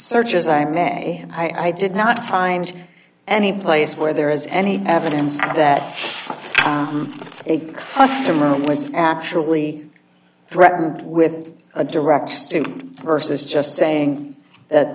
as i may i did not find any place where there is any evidence that a customer was actually threatened with a direct versus just saying that